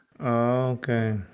okay